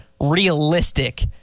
realistic